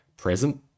Present